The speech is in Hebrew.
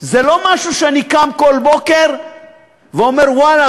זה לא משהו שאני קם כל בוקר ואומר: ואללה,